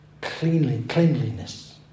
cleanliness